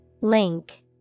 Link